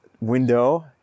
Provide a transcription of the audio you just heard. window